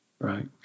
Right